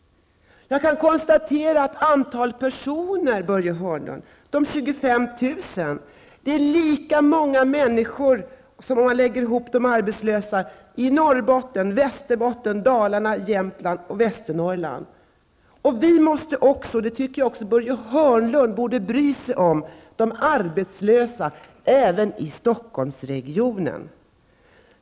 Jag kan konstatera att 25 000 arbetslösa i Stockholms län, Börje Hörnlund, är lika många människor som de arbetslösa i Norrbotten, Västernorrland tillsammans. Jag tycker att Börje Hörnlund borde bry sig om de arbetslösa även i Herr talman!